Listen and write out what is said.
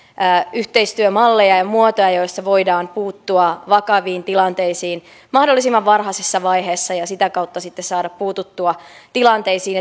yhteistyömalleja ja ja muotoja joilla voidaan puuttua vakaviin tilanteisiin mahdollisimman varhaisessa vaiheessa ja sitä kautta sitten saadaan puututtua tilanteisiin